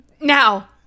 Now